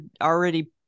already